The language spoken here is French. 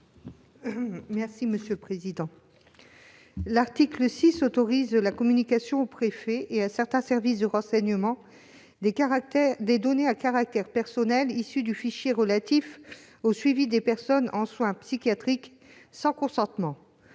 Mme Michelle Gréaume. L'article 6 autorise la communication aux préfets et à certains services de renseignement des données à caractère personnel issues du fichier relatif au suivi des personnes en soins psychiatriques sans consentement